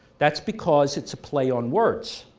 that's because it's a play on words.